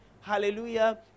hallelujah